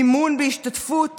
מימון בהשתתפות